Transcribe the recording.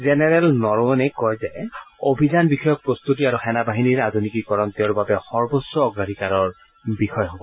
general নৰৱণেই কয় যে অভিযান বিষয়ক প্ৰস্ত্বতি আৰু সেনাবাহিনীৰ আধুনিকীকৰণ তেওঁৰ বাবে সৰ্বোচ্চ অগ্ৰাধিকাৰৰ বিষয় হব